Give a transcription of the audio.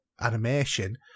animation